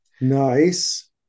Nice